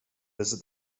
visit